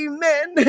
Amen